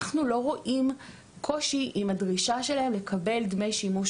אנחנו לא רואים קושי עם הדרישה שלהן לקבל דמי שימוש